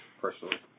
personally